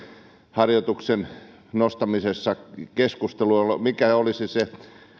harjoituksien nostamisessa keskusteluun mikä olisi se